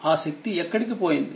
ఆ శక్తి ఎక్కడ పోయింది